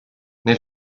nel